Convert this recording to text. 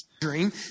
dream